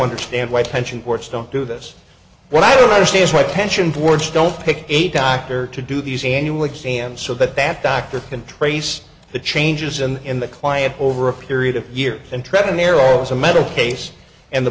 understand why pension courts don't do this well i don't understand why pension boards don't pick a doctor to do these annual exams so that that doctor can trace the changes in in the client over a period of years and travel merrill's a metal case and the